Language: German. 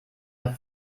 der